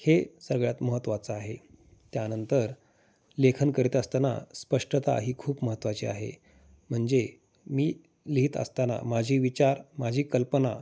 हे सगळ्यात महत्त्वाचं आहे त्यानंतर लेखन करत असताना स्पष्टता ही खूप महत्त्वाची आहे म्हणजे मी लिहीत असताना माझे विचार माझी कल्पना